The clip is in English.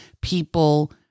people